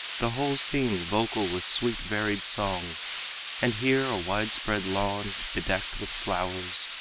the whole scene vocal with sweet varied song and here a widespread lawn bedecked with flowers,